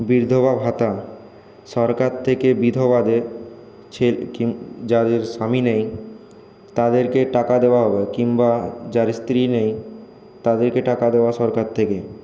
বিধবা ভাতা সরকার থেকে বিধবাদের যাদের স্বামী নেই তাদেরকে টাকা দেওয়া হবে কিংবা যার স্ত্রী নেই তাদেরকে টাকা দেওয়া সরকার থেকে